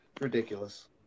ridiculous